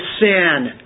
sin